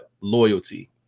loyalty